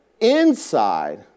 inside